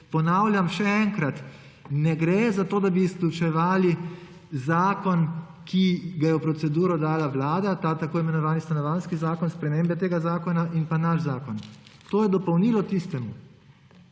ponavljam še enkrat, ne gre za to, da bi izključevali zakon, ki ga je v proceduro dala Vlada, ta tako imenovani Stanovanjski zakon, spremembe tega zakona in pa naš zakon. To je dopolnilo tistemu.